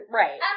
right